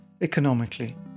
economically